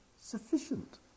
sufficient